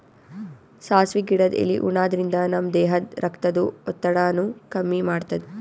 ಸಾಸ್ವಿ ಗಿಡದ್ ಎಲಿ ಉಣಾದ್ರಿನ್ದ ನಮ್ ದೇಹದ್ದ್ ರಕ್ತದ್ ಒತ್ತಡಾನು ಕಮ್ಮಿ ಮಾಡ್ತದ್